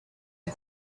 les